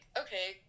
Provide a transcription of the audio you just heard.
okay